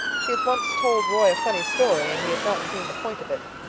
she had once told roy a funny story and he had not seen the point of it.